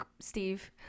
Steve